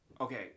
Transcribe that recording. Okay